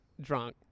drunk